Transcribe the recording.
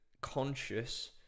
conscious